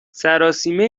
سراسیمه